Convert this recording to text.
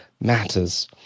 matters